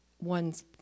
one's